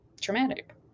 traumatic